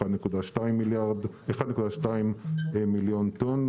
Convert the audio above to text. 1.2 מיליון טון,